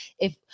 If-